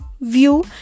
view